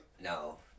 No